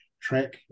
track